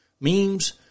Memes